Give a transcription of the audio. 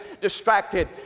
distracted